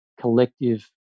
collective